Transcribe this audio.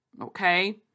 okay